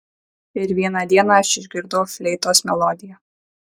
ir vieną dieną aš išgirdau fleitos melodiją